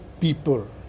people